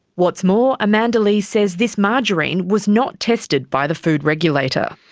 what's more, amanda lee says this margarine was not tested by the food regulator.